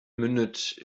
mündet